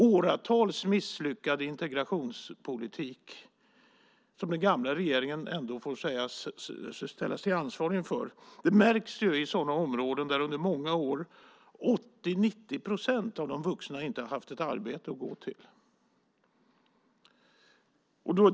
Åratal av misslyckad integrationspolitik, som den gamla regeringen ändå får ställas till ansvar för, märks i sådana områden där 80-90 procent av de vuxna inte har haft ett arbete att gå till.